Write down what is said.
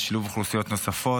על שילוב אוכלוסיות נוספות,